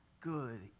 good